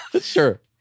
sure